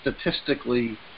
statistically